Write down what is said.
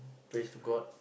pray to god